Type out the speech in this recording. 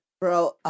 Bro